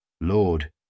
Lord